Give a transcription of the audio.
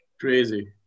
Crazy